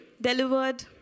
delivered